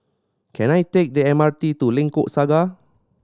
can I take the M R T to Lengkok Saga